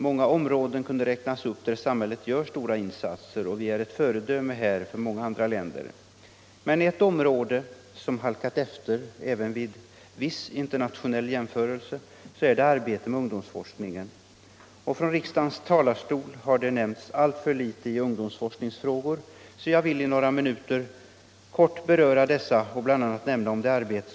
Många områden kunde här nämnas, där samhället gör stora insatser och domsorganisatio där vi är ett föredöme för många andra länder.